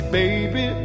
baby